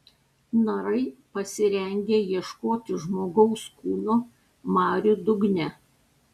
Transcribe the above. narai pasirengę ieškoti žmogaus kūno marių dugne